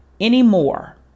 anymore